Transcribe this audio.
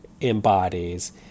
embodies